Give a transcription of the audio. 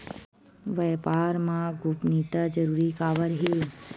व्यापार मा गोपनीयता जरूरी काबर हे?